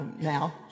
now